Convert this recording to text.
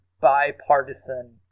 bipartisan